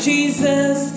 Jesus